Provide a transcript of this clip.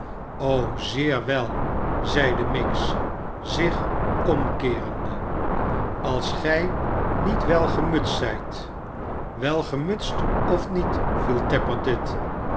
zeer wel zeide miggs zich omkeerende als gij niet wel gemutst zijt wel gemutst of niet viel